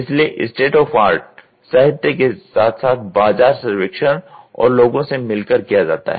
इसलिएस्टेट of art साहित्य के साथ साथ बाजार सर्वेक्षण और लोगों से मिल कर किया जाता है